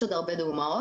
יש עוד הרבה דוגמאות.